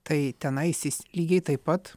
tai tenais jis lygiai taip pat